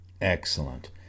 Excellent